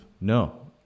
No